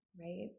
right